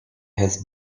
has